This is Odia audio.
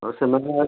ହଁ ସେମାନେ